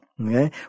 okay